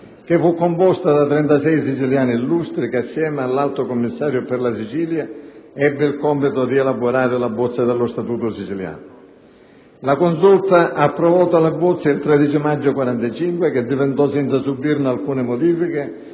composta da 36 siciliani illustri, la quale, assieme all'Alto commissario per la Sicilia, ebbe il compito di elaborare la bozza dello Statuto siciliano. La Consulta approvò il 13 maggio 1945 tale bozza, che diventò, senza subire alcuna modifica,